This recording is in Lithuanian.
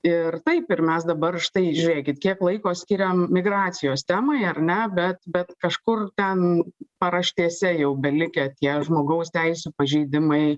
ir taip ir mes dabar štai žiūrėkit kiek laiko skiriam migracijos temai ar ne bet bet kažkur ten paraštėse jau belikę tie žmogaus teisių pažeidimai